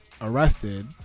arrested